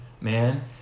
man